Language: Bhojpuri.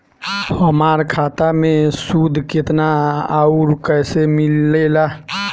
हमार खाता मे सूद केतना आउर कैसे मिलेला?